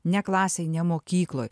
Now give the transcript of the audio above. ne klasėj ne mokykloj